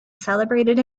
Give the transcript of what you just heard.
celebrated